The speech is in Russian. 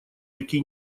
реки